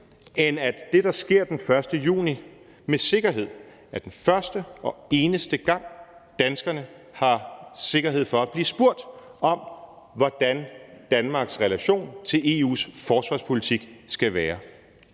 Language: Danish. end at det, der sker den 1. juni, med sikkerhed er den første og eneste gang, danskerne har sikkerhed for at blive spurgt om, hvordan Danmarks relation til EU's forsvarspolitik skal være.